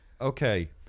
Okay